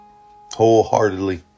wholeheartedly